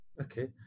Okay